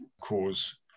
cause